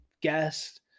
Guest